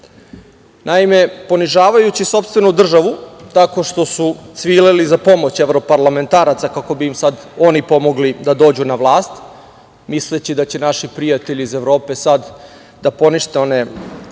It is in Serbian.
uslove. Naime, ponižavajući sopstvenu državu tako što su cvileli za pomoć evroparlamentaraca, kako bi im oni pomogli da dođu na vlast, misleći da će naši prijatelji iz Evrope sada da ponište one